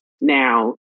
Now